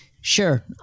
Sure